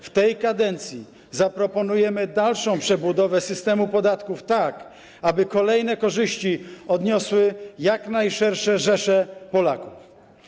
W tej kadencji zaproponujemy dalszą przebudowę systemu podatków tak, aby kolejne korzyści odniosły jak najszersze rzesze Polaków.